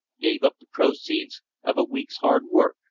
gave up the proceeds of a week's hard work,